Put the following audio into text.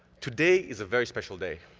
today is a very special day.